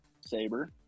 saber